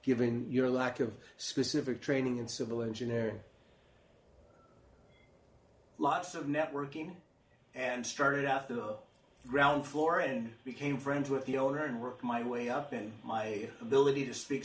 given your lack of specific training in civil engineer lots of networking and started out though ground floor and became friends with the owner and worked my way up in my ability to speak